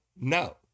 No